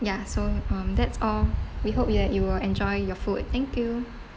ya so um that's all we hope that you will enjoy your food thank you